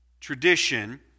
tradition